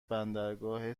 بندرگاه